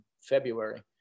february